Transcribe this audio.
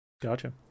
gotcha